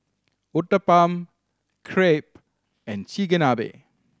Uthapam Crepe and Chigenabe